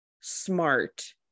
smart